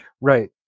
Right